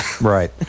right